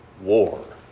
war